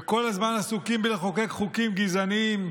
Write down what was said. וכל הזמן עסוקים בלחוקק חוקים גזעניים,